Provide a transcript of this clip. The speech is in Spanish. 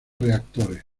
reactores